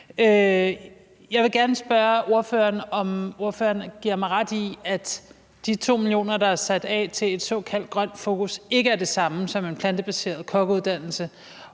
Jeg vil gerne spørge ordføreren, om ordføreren giver mig ret i, at de 2 mio. kr., der er sat af til et såkaldt grønt fokus, ikke er det samme som en plantebaseret kokkeuddannelse,